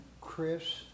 Chris